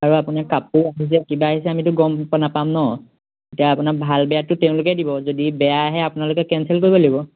আৰু আপোনাৰ কাপোৰ আহিছে কিবা আহিছে আমিতো গম নাপাম ন এতিয়া আপোনাৰ ভাল বেয়াটো তেওঁলোকে দিব যদি বেয়া আহে আপোনালোকে কেন্সেল কৰিব লাগিব